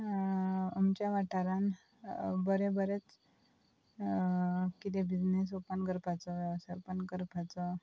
आमच्या वाठारान बरे बरेंच कितें बिजनेस ओपन करपाचो वेवसाय ओपन करपाचो